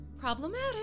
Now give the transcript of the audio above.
problematic